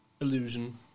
Illusion